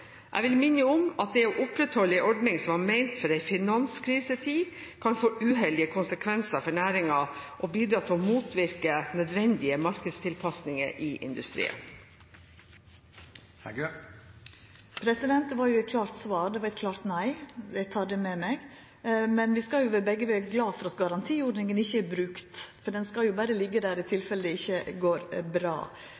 vil minne om at det å opprettholde en ordning som var ment for en finanskrisetid, kan få uheldige konsekvenser for næringen og bidra til å motvirke nødvendige markedstilpasninger i industrien. Det var jo eit klart svar; det var eit klart nei. Eg tek det med meg. Men vi skal begge vera glade for at garantiordninga ikkje er brukt, for ho skal berre liggja der i